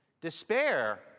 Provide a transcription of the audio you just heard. despair